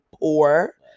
poor